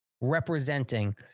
representing